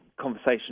conversation